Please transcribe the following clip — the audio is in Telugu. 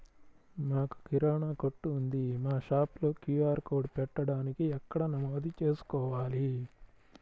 మాకు కిరాణా కొట్టు ఉంది మా షాప్లో క్యూ.ఆర్ కోడ్ పెట్టడానికి ఎక్కడ నమోదు చేసుకోవాలీ?